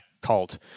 cult